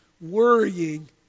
worrying